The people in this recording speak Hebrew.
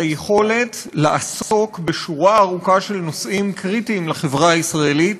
על היכולת לעסוק בשורה ארוכה של נושאים קריטיים לחברה הישראלית